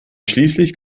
schließlich